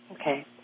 Okay